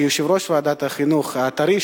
כיושב-ראש ועדת החינוך הטרי,